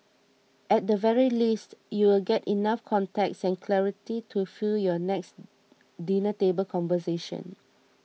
at the very least you'll get enough context and clarity to fuel your next dinner table conversation